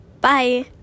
bye